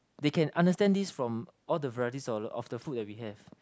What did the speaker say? they can understand this from all the varieties of the of the food that we have